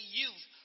youth